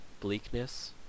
bleakness